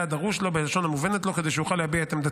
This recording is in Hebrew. הדרוש לו בלשון המובנת לו כדי שיוכל להביע עמדתו.